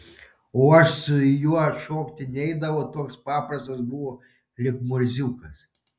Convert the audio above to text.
o aš su juo šokti neidavau toks paprastas buvo lyg murziukas